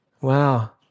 Wow